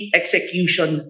execution